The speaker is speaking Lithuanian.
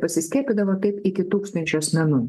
pasiskiepydavo taip iki tūkstančio asmenų